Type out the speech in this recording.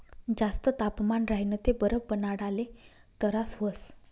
जास्त तापमान राह्यनं ते बरफ बनाडाले तरास व्हस